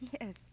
Yes